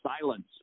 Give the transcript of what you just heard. Silence